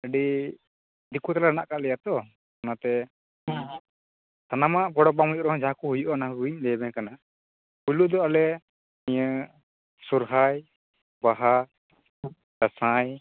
ᱟ ᱰᱤ ᱫᱤᱠᱩ ᱛᱟᱞᱟᱨᱮ ᱦᱮᱱᱟᱜ ᱟᱠᱟᱫ ᱞᱮᱭᱟᱛᱚ ᱚᱱᱟᱛᱮ ᱥᱟᱱᱟᱢᱟᱜ ᱜᱚᱲᱚ ᱵᱟᱝ ᱦᱩᱭᱩᱜ ᱨᱮᱦᱚᱸ ᱡᱟᱦᱟᱸ ᱠᱚ ᱦᱩᱭᱩᱜᱼᱟ ᱚᱱᱟᱠᱚᱧ ᱞᱟᱹᱭ ᱟ ᱵᱤᱱ ᱠᱟᱱᱟ ᱦᱩᱞᱩ ᱫᱚ ᱟᱞᱮ ᱧᱮ ᱥᱚᱨᱦᱟᱭ ᱵᱟᱦᱟ ᱫᱟᱥᱟᱸᱭ